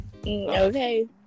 Okay